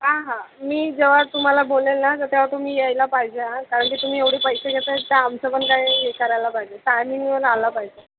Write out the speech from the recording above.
हां हां मी जेव्हा तुम्हाला बोलेल ना तर तेव्हा तुम्ही यायला पाहिजे हां कारण की तुम्ही एवढे पैसे घेत आहे तर आमचं पण काही हे करायला पाहिजे टायमिंगवर आला पाहिजे